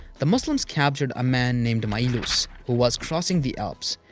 the muslims captured a man named maiolus who was crossing the alps.